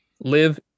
live